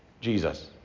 Jesus